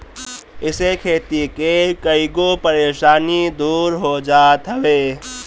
इसे खेती के कईगो परेशानी दूर हो जात हवे